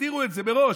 תגדירו את זה מראש,